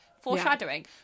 foreshadowing